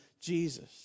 Jesus